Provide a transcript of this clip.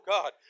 God